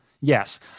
Yes